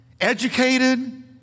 educated